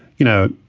you know,